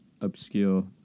obscure